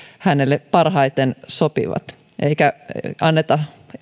hänelle parhaiten sopivat eikä anneta